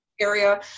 area